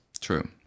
true